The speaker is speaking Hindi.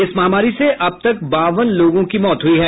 इस महामारी से अबतक बावन लोगों की मौत हुई है